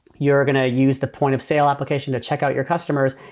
you're going to use the point-of-sale application to check out your customers.